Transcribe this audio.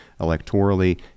electorally